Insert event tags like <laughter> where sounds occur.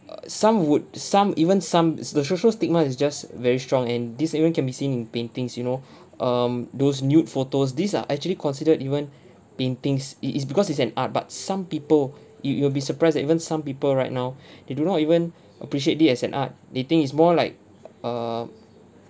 uh some would some even some the social stigma is just very strong and this even can be seen in paintings you know <breath> um those nude photos these are actually considered even <breath> paintings it is because is an art but some people <breath> you you'll will be surprised that even some people right now <breath> they do not even <breath> appreciate it as an art they think it's more like um